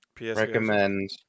recommend